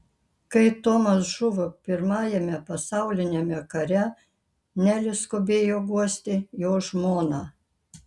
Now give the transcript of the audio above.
kai tomas žuvo pirmajame pasauliniame kare nelė skubėjo guosti jo žmoną